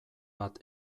bat